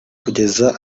kugeza